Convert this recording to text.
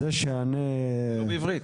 כמו שנאמר,